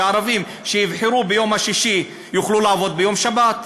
שערבים שיבחרו ביום שישי יוכלו לעבוד בשבת,